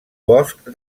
bosc